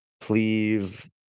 Please